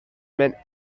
meant